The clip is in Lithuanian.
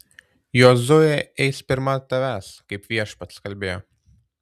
jozuė eis pirma tavęs kaip viešpats kalbėjo